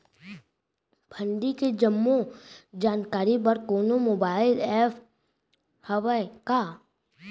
मंडी के जम्मो जानकारी बर कोनो मोबाइल ऐप्प हवय का?